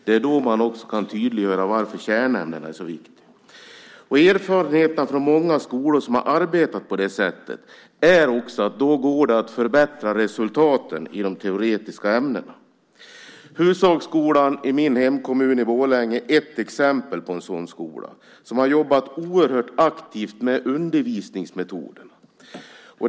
Det är då man kan tydliggöra varför kärnämnena är så viktiga. Erfarenheterna från många skolor som har arbetat på det sättet är också att det då går att förbättra resultaten i de teoretiska ämnena. Hushagsskolan i min hemkommun Borlänge är ett exempel på en sådan skola. Där har man jobbat oerhört aktivt med undervisningsmetoderna.